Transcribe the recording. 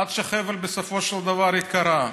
עד שהחבל בסופו של דבר ייקרע,